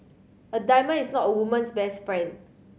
a diamond is not a woman's best friend